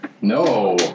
No